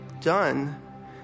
done